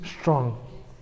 strong